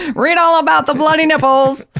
read all about the bloody nipples.